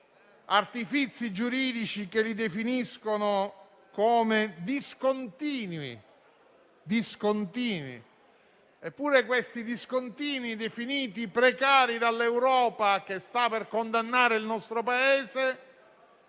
artifizi giuridici che li definiscono come discontinui. Eppure questi discontinui, definiti precari dall'Europa che sta per condannare il nostro Paese,